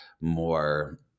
more